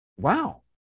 wow